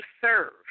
serve